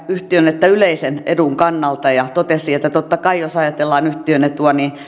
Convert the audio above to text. yhtiön että yleisen edun kannalta ja totesi että totta kai jos ajatellaan yhtiön etua